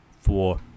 four